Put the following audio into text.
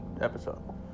episode